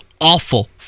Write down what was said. awful